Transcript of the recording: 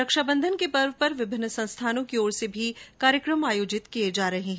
रक्षाबंधन के अवसर पर विभिन्न संस्थानों की ओर से भी कार्यक्रम आयोजित किये जा रहे हैं